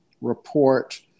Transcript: report